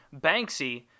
Banksy